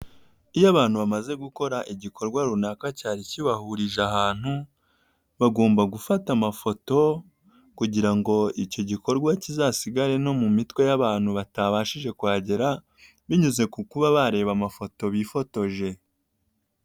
Iyo abantu bamaze gukora igikorwa runaka cyari kibahurije ahantu, bagomba gufata amafoto kugira ngo icyo gikorwa kizasigare no mu mitwe y'abantu batabashije kuhagera, binyuze ku kuba bareba amafoto bifotoje.